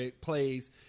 plays